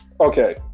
okay